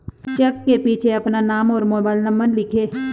check के पीछे अपना नाम और मोबाइल नंबर लिखें